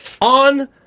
On